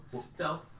Stealth